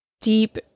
deep